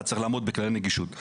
אתה צריך לעמוד בכללי נגישות.